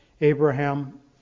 Abraham